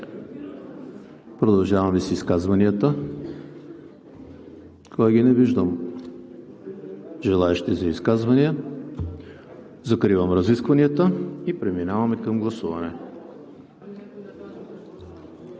Продължаваме с изказванията. Не виждам желаещи за изказвания. Закривам разискванията и преминаваме към гласуване.